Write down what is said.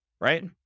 right